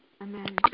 Amen